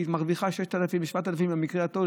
כי היא מרוויחה 6,000 או 7,000 במקרה הטוב,